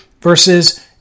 versus